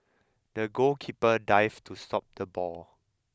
the goalkeeper dived to stop the ball